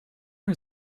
her